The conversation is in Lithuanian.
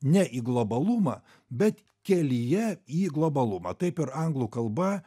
ne į globalumą bet kelyje į globalumą taip ir anglų kalba